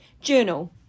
Journal